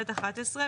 ב' (11).